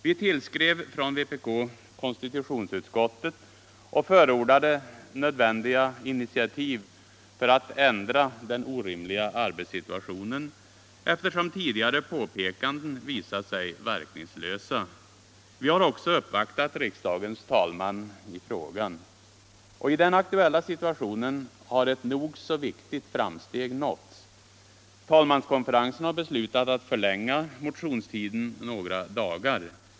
Vpk tillskrev konstitutionsutskottet och förordade nödvändiga initiativ för att ändra den orimliga arbetssituationen, eftersom tidigare påpekanden visat sig verkningslösa. Vi har också uppvaktat riksdagens talman i frågan. I den aktuella situationen har ett nog så viktigt framsteg nåtts. Talmanskonferensen har nämligen beslutat att förlänga motionstiden med några dagar.